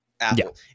Apple